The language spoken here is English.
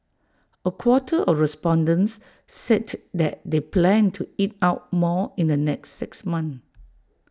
A quarter of respondents said that they plan to eat out more in the next six months